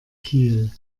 kiel